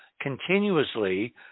continuously